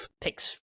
picks